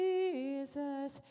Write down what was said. Jesus